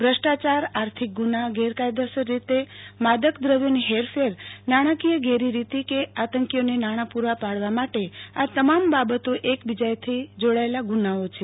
ભુષ્ટાયાર આર્થિક ગુના ગેરકાયદેસર રીતે માદક દ્રવ્યોની હેરફેર નાણાંકીય ગેરરીતિ કે આતંકીઓને નાણાં પૂરા પાડવા આ તમામ બાબતો એકબીજાથી જોડાયેલા ગુનાઓ છે